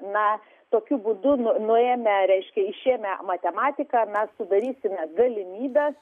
na tokiu būdu nu nuėmę reiškia išėmę matematiką mes sudarysime galimybes